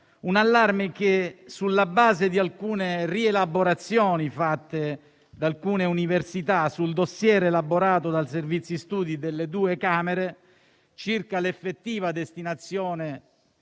un allarme sulla base di alcune rielaborazioni fatte da alcune università sul *dossier* elaborato dai servizi studi delle due Camere circa l'effettiva destinazione